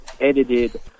edited